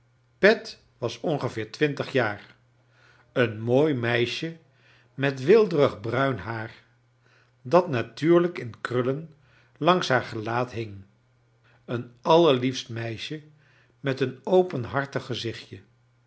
pet was ongeveer twintig jaar een mooi meisje met weelderig bruin haar dat natuurlijk in krullen langs haar gelaat hing een allerliefst meisje met een openi artig gezichtje